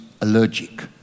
allergic